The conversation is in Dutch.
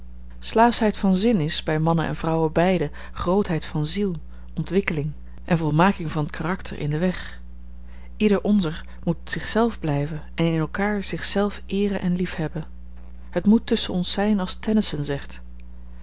slaafschheid van zin is bij mannen en vrouwen beiden grootheid van ziel ontwikkeling en volmaking van t karakter in den weg ieder onzer moet zichzelf blijven en in elkaar zich zelf eeren en liefhebben het moet tusschen ons zijn als tennyson zegt